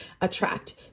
attract